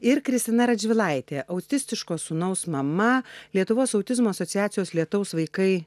ir kristina radžvilaitė autistiško sūnaus mama lietuvos autizmo asociacijos lietaus vaikai